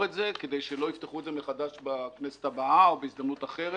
את זה כדי שלא יפתחו את זה מחדש בכנסת הבאה או בהזדמנות אחרת.